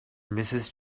mrs